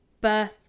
birth